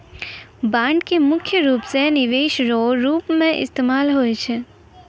bond के मुख्य रूप से निवेश रो रूप मे इस्तेमाल हुवै छै